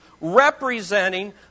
representing